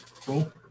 Cool